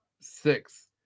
six